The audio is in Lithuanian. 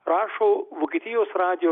rašo vokietijos radijo